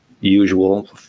usual